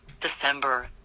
December